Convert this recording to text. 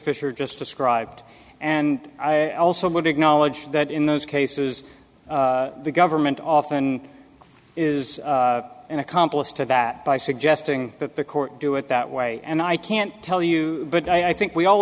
fisher just described and i also would acknowledge that in those cases the government often is an accomplice to that by suggesting that the court do it that way and i can't tell you but i think we all